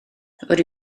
rydw